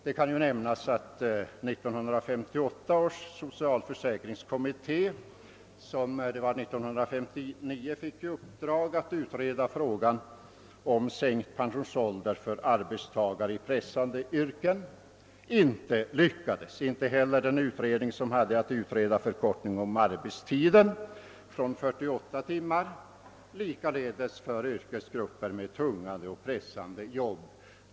Det kan nämnas att 1958 års socialförsäkringskommitté, som 1959 fick i uppdrag att utreda frågan om sänkt pensionsålder för arbetstagare i pressande yrken, inte lyckades med den uppgiften. Inte heller den utredningen lyckades som hade att utreda frågan om förkortning av arbetstiden från 48 timmar, likaledes för yrkesgrupper med tunga och pressande jobb.